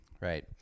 right